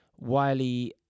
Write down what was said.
wiley